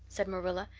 said marilla,